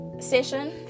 session